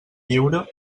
lliure